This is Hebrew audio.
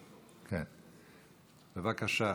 בבקשה.